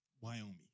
Wyoming